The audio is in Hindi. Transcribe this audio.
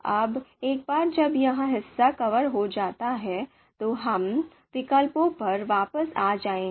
अब एक बार जब यह हिस्सा कवर हो जाता है तो हम विकल्पों पर वापस आ जाएंगे